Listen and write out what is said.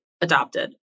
adopted